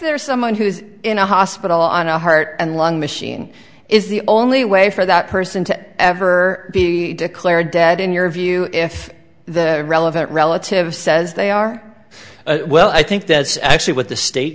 there is someone who is in a hospital on a heart and lung machine is the only way for that person to ever be declared dead in your view if the relevant relative says they are well i think that's actually what the state